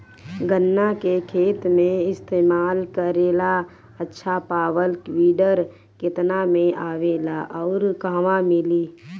गन्ना के खेत में इस्तेमाल करेला अच्छा पावल वीडर केतना में आवेला अउर कहवा मिली?